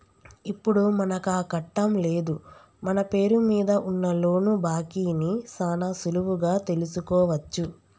ఇప్పుడు మనకాకట్టం లేదు మన పేరు మీద ఉన్న లోను బాకీ ని సాన సులువుగా తెలుసుకోవచ్చు